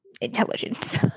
intelligence